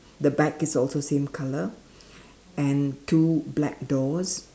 the back is also same color and two black doors